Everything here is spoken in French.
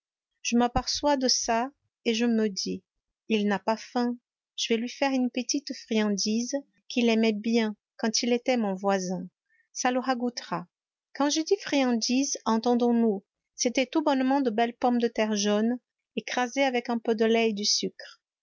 je m'aperçois de ça et je me dis il n'a pas faim je vais lui faire une petite friandise qu'il aimait bien quand il était mon voisin ça le ragoûtera quand je dis friandise entendons-nous c'étaient tout bonnement de belles pommes de terre jaunes écrasées avec un peu de lait et du sucre